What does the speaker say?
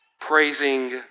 praising